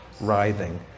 writhing